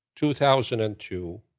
2002